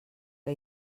que